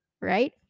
Right